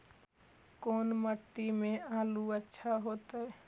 कोन मट्टी में आलु अच्छा होतै?